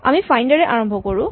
আমি ফাইন্ড এৰে আৰম্ভ কৰোঁ